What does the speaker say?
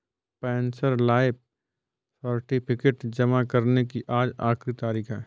pensioner life certificate जमा करने की आज आखिरी तारीख है